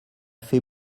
fait